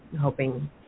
hoping